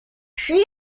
szli